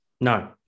No